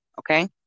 Okay